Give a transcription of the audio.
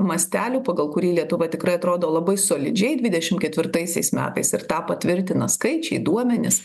mastelių pagal kurį lietuva tikrai atrodo labai solidžiai dvidešim ketvirtaisiais metais ir tą patvirtina skaičiai duomenys